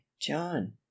john